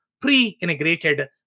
pre-integrated